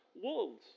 wolves